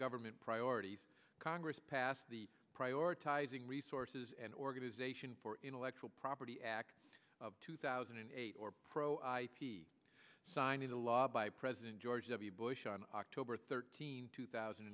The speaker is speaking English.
government priorities congress passed the prioritizing resources and organization for intellectual property act of two thousand and eight or pro ip signed into law by president george w bush on october thirteenth two thousand